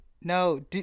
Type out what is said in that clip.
No